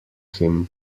him